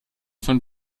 von